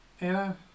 Anna